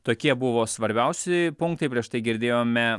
tokie buvo svarbiausi punktai prieš tai girdėjome